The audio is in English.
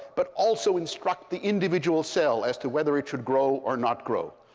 but also instruct the individual cell as to whether it should grow or not grow.